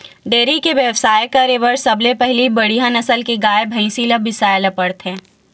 dairy के बेवसाय करे बर सबले पहिली बड़िहा नसल के गाय, भइसी ल बिसाए बर परथे